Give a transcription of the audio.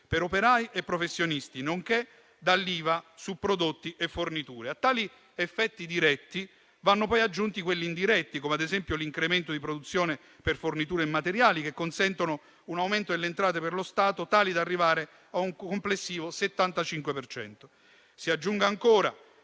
per operai e professionisti, nonché dall'IVA su prodotti e forniture. A tali effetti diretti vanno poi aggiunti quelli indiretti, come ad esempio l'incremento di produzione per forniture e materiali, che consentono un aumento delle entrate per lo Stato tale da arrivare a un complessivo 75